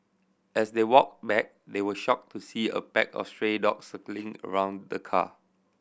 as they walked back they were shocked to see a pack of stray dogs circling around the car